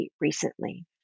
recently